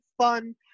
fun